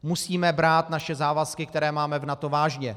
Musíme brát naše závazky, které máme v NATO, vážně.